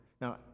Now